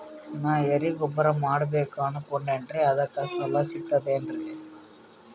ನಾ ಎರಿಗೊಬ್ಬರ ಮಾಡಬೇಕು ಅನಕೊಂಡಿನ್ರಿ ಅದಕ ಸಾಲಾ ಸಿಗ್ತದೇನ್ರಿ?